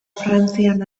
frantzian